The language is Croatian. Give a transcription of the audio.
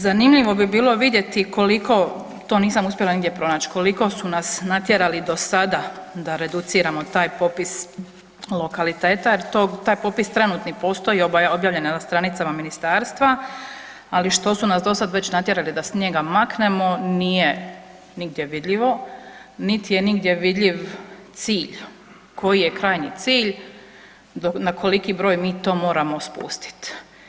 Zanimljivo bi bilo vidjeti koliko, to nisam uspjela nigdje pronać, koliko su nas natjerali do sada da reduciramo taj popis lokalitete, jer taj popis trenutni postoji, objavljen je na stranicama ministarstva, ali što su nas do sad već natjerali da s njega maknemo, nije nigdje vidljivo, niti je nigdje vidljiv cilj, koji je krajnji cilj, na koliki broj mi to moramo spustit.